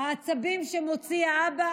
העצבים שמוציא האבא